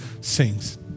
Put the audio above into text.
sings